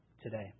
today